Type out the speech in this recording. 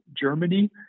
Germany